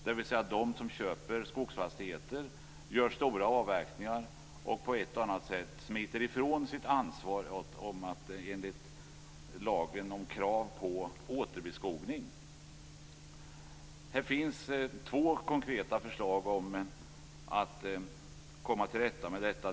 Det gäller de som köper skogsfastigheter, gör stora avverkningar och på ett eller annat sätt smiter ifrån sitt ansvar enligt lagen om krav på återbeskogning. Det finns två konkreta förslag på att komma till rätta med detta.